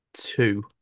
two